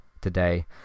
today